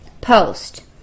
post